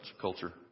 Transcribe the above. culture